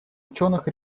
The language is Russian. ученых